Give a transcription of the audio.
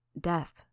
death